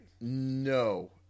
No